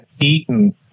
eaten